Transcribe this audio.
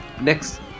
Next